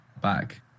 back